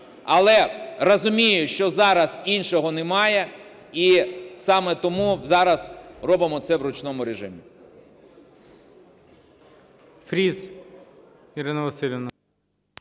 Але розумію, що зараз іншого немає, і саме тому зараз робимо це в ручному режимі.